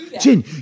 Jin